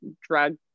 drug